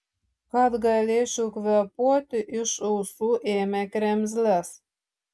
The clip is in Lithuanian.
kad galėčiau kvėpuoti iš ausų ėmė kremzles